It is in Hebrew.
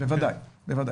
בוודאי.